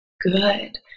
good